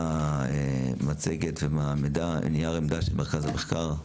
במצגת ובנייר העמדה של מרכז המחקר.